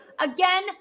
Again